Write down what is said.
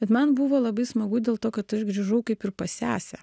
bet man buvo labai smagu dėl to kad aš grįžau kaip ir pas sesę